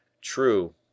true—